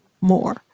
more